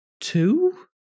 two